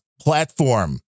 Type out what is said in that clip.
platform